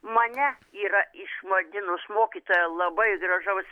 mane yra išvadinus mokytoja labai gražaus